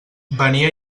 venia